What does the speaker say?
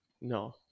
No